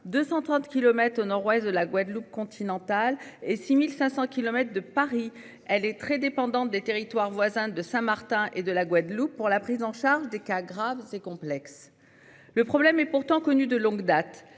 au Nord-Ouest de la Guadeloupe continentale et 6500 kilomètres de Paris, elle est très dépendante des territoires voisins de Saint-Martin et de la Guadeloupe pour la prise en charge des cas graves, c'est complexe. Le problème est pourtant connue de longue date.